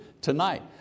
tonight